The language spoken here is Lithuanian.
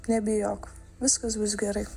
nebijok viskas bus gerai